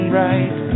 right